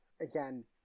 again